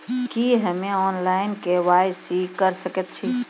की हम्मे online, KYC करा सकैत छी?